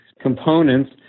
components